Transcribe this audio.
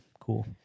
Cool